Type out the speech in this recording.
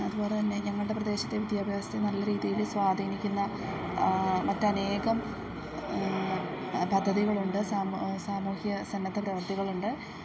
അതുപോലെ തന്നെ ഞങ്ങളുടെ പ്രദേശത്തെ വിദ്യാഭ്യാസത്തെ നല്ല രീതിയിൽ സ്വാധീനിക്കുന്ന മറ്റനേകം പദ്ധതികളുണ്ട് സാമൂഹ്യ സന്നദ്ധ പ്രവർത്തികളുണ്ട്